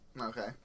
Okay